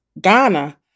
Ghana